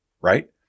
right